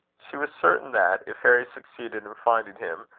she was certain that, if harry succeeded in finding him,